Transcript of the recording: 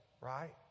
right